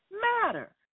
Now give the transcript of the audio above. matter